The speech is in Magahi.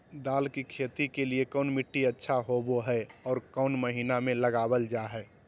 दाल की खेती के लिए कौन मिट्टी अच्छा होबो हाय और कौन महीना में लगाबल जा हाय?